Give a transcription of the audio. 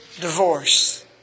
divorce